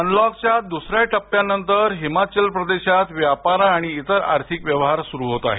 अनलॉकच्या दुसऱ्या टप्प्यानंतर हिमाचल प्रदेशात व्यापार आणि इतर आर्थिक व्यवहार सुरू होत आहेत